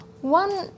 One